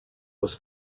was